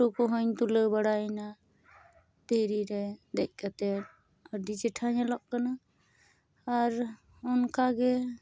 photo ᱠᱚᱦᱚᱧ ᱛᱩᱞᱟᱹᱣ ᱵᱟᱲᱟᱭᱮᱱᱟ ᱫᱷᱤᱨᱤ ᱨᱮ ᱫᱮᱡ ᱠᱟᱛᱮᱫ ᱟᱹᱰᱤ ᱪᱮᱴᱷᱟ ᱧᱮᱞᱚᱜ ᱠᱟᱱᱟ ᱟᱨ ᱚᱱᱠᱟᱜᱮ